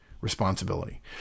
Responsibility